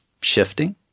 shifting